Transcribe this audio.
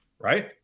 right